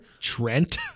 Trent